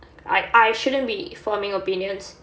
I I shouldn't be forming opinions